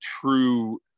true